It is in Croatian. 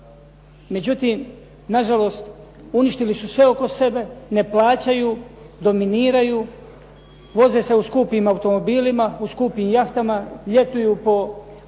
Međutim, na žalost uništili su sve oko sebe, ne plaćaju, dominiraju, voze se u skupim automobilima, u skupim jahtama, ljetuju po Austriji